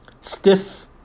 stiff